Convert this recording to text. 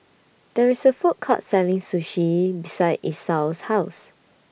There IS A Food Court Selling Sushi beside Esau's House